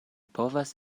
povas